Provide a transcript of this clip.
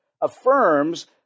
affirms